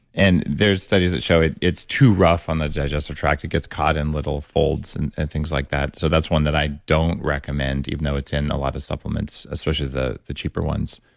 and there's studies that show it's too rough on the digestive tract, it gets caught in little folds and and things like that. so, that's one that i don't recommend, even though it's in a lot of supplements, especially the the cheaper ones.